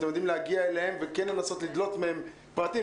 אם אתם יודעים להגיע אליהם ולנסות לדלות מהם פרטים.